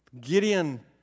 Gideon